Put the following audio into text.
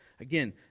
Again